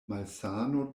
malsano